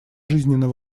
жизненно